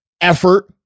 effort